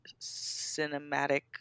cinematic